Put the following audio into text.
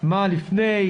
מה לפני,